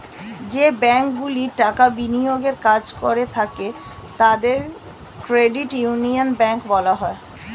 যে ব্যাঙ্কগুলি টাকা বিনিয়োগের কাজ করে থাকে তাদের ক্রেডিট ইউনিয়ন ব্যাঙ্ক বলা হয়